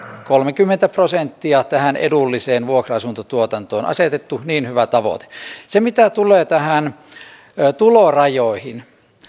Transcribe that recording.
kolmekymmentä prosenttia tähän edulliseen vuokra asuntotuotantoon asetettu niin hyvä tavoite mitä tulee näihin tulorajoihin